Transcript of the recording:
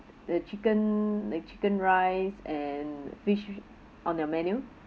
the chicken the chicken rice and fish on the menu